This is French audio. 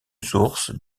source